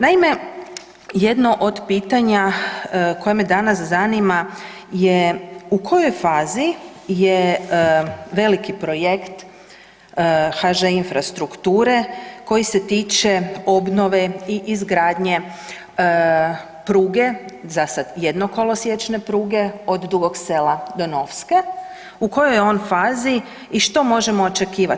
Naime, jedno od pitanja koja me danas zanima je u kojoj fazi je veliki projekt HŽ infrastrukture koji se tiče obnove i izgradnje pruge, zasad jednokolosječne pruge, od Dugog Sela do Novske, u kojoj je on fazi i što možemo očekivat?